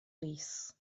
rees